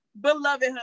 beloved